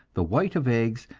the white of eggs,